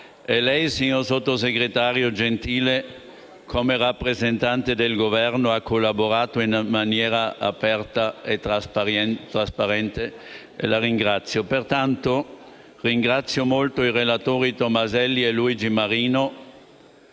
signor sottosegretario Gentile, come rappresentante del Governo ha collaborato in maniera aperta e trasparente e la ringrazio. Ringrazio molto anche i relatori Tomaselli e Luigi Marino